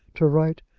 to write,